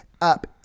up